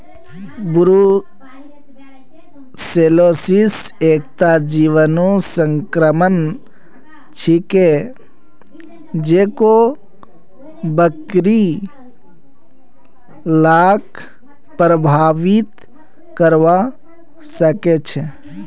brucellosis एकता जीवाणु संक्रमण छिके जेको बकरि लाक प्रभावित करवा सकेछे